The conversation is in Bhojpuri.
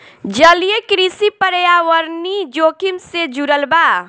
जलीय कृषि पर्यावरणीय जोखिम से जुड़ल बा